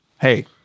hey